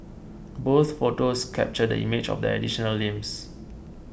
both photos captured the image of the additional limbs